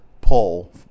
pull